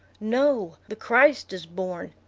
no, the christ is born.